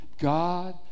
God